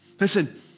Listen